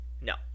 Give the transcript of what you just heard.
No